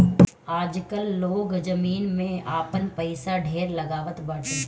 आजकाल लोग जमीन में आपन पईसा ढेर लगावत बाटे